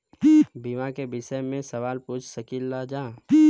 बीमा के विषय मे सवाल पूछ सकीलाजा?